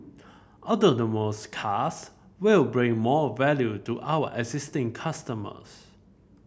autonomous cars will bring more value to our existing customers